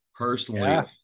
personally